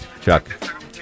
Chuck